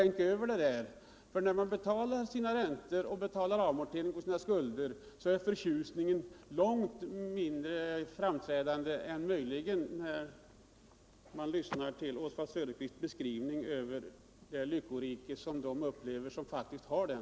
När man betalar räntor och amorteringar är förtjusningen långt mindre framträdande än man kan få intryck av när man lyssnar på Oswald Söderqvists beskrivning över det Iyckorike man lever i under denna situation.